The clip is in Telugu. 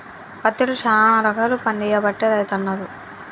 పత్తిలో శానా రకాలు పండియబట్టే రైతన్నలు